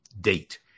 date